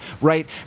right